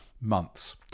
months